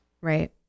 Right